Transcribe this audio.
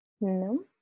No